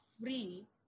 free